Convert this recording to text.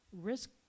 risk